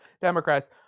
Democrats